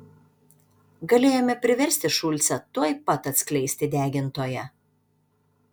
galėjome priversti šulcą tuojau pat atskleisti degintoją